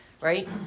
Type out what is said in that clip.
right